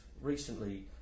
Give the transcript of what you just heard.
recently